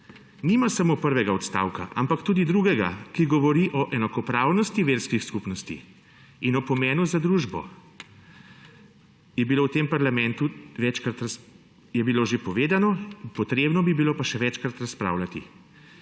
nima samo prvega odstavka, ampak tudi drugega, ki govori o enakopravnosti verskih skupnosti in o pomenu za družbo. Je bilo v tem parlamentu že večkrat povedano, treba bi bilo pa še večkrat razpravljati.